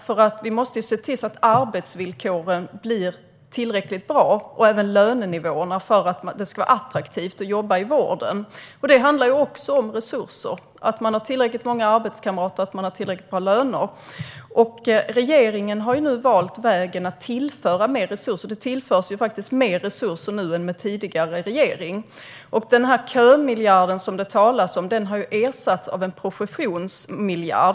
Vi måste nämligen se till att arbetsvillkoren och även lönenivåerna blir tillräckligt bra för att det ska vara attraktivt att jobba i vården. Att man har tillräckligt många arbetskamrater och tillräckligt bra löner handlar också om resurser. Regeringen har nu valt vägen att tillföra mer resurser. Det tillförs faktiskt mer resurser nu än under tidigare regering. Den kömiljard det talas om har ersatts av en professionsmiljard.